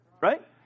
right